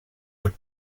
but